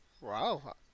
Wow